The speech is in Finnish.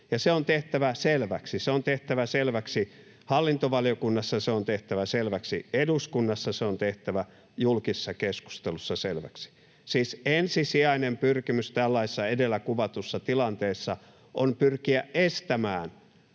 se on tehtävä selväksi eduskunnassa, se on tehtävä julkisessa keskustelussa selväksi. Siis ensisijainen pyrkimys tällaisessa edellä kuvatussa tilanteessa on pyrkiä estämään